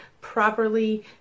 properly